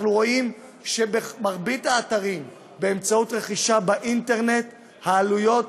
אנחנו רואים שבמרבית האתרים ברכישה באמצעות האינטרנט העלויות